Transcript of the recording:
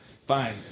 Fine